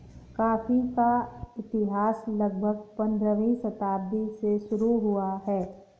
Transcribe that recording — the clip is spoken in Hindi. कॉफी का इतिहास लगभग पंद्रहवीं शताब्दी से शुरू हुआ है